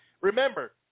remember